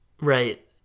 right